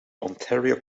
ontario